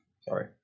Sorry